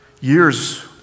years